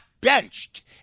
benched